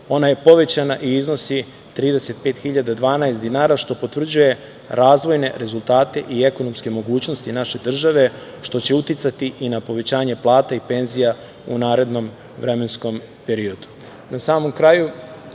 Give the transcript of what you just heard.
Ona je povećana i iznosi 35.012,00 dinara, što potvrđuje razvojne rezultate i ekonomske mogućnosti naše države, što će uticati i na povećanje plata i penzija u narednom vremenskom periodu. Na